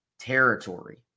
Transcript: territory